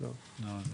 אבל בעצם,